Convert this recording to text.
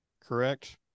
correct